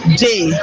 day